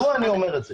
מדוע אני אומר את זה?